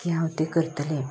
की हांव तें करतलें